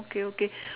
okay okay